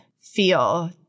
feel